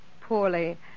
poorly